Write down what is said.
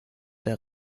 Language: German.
der